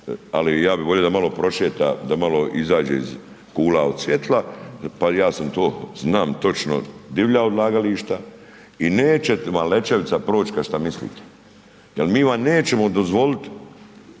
ali ja bi volio da malo prošeta, da malo izađe iz kula od svjetla, pa ja sam to, znam točno divlja odlagališta i neće vam Lećevica proć ka šta mislite jel mi vam nećemo dozvolit,